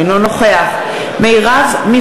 אינה נוכחת שאול מופז, אינו נוכח מרב מיכאלי,